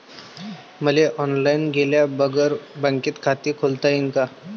मले ऑनलाईन गेल्या बगर बँकेत खात खोलता येईन का?